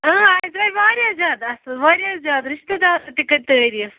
اۭں اَسہِ درٛیہِ واریاہ زیادٕ اَصٕل واریاہ زیادٕ رِشتہٕ دار تہِ کٔرۍ تٲریٖف